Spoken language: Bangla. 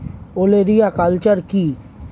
ওলেরিয়া কালচার কি?